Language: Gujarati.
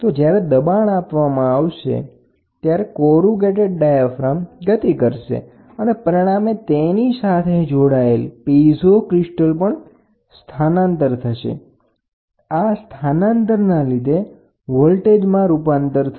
તો જ્યારે દબાણ આપવામાં આવશે ત્યારે કોરુગેટેડ ડાયાફ્રામ ગતિ કરશે અને પરિણામે તેની સાથે જોડાયેલ પીઝો ક્રિસ્ટલ સ્થાનાંતર ને વોલ્ટેજ માં રૂપાંતર કરશે